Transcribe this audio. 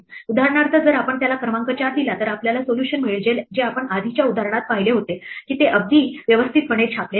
उदाहरणार्थ जर आपण त्याला क्रमांक 4 दिला तर आपल्याला सोल्युशन मिळेल जे आपण आधीच्या उदाहरणात पाहिले होते की ते अगदी व्यवस्थितपणे छापलेले नाही